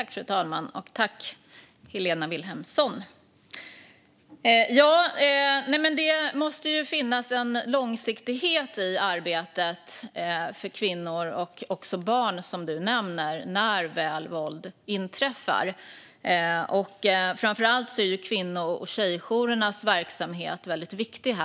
Fru talman! Det måste finnas en långsiktighet i arbetet för kvinnor och barn när väl våldet inträffar. Kvinno och tjejjourernas verksamhet är mycket viktig.